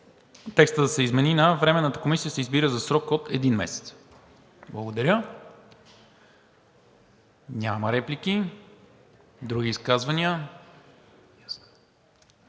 текстът да се измени на: „Временната комисия се избира за срок от един месец.“ Благодаря. Няма реплики. Други изказвания?